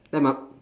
then my